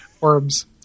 Orbs